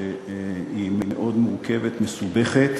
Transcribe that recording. שהיא מאוד מורכבת, מסובכת,